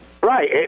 Right